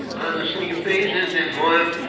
on the same page is in words,